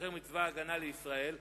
שמשתחרר מצבא-הגנה לישראל,